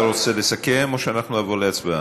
השר, אתה רוצה לסכם, או שאנחנו נעבור להצבעה?